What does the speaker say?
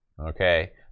Okay